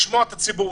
לשמוע את הציבור.